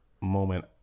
moment